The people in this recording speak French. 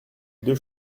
deux